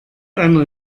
einer